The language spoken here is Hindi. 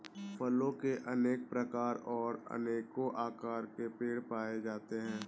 फलों के अनेक प्रकार और अनेको आकार के पेड़ पाए जाते है